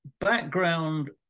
background